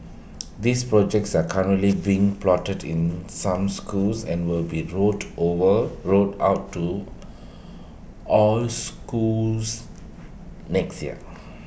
these projects are currently being piloted in some schools and will be rolled over rolled out to all schools next year